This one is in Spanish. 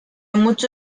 mucho